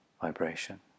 vibration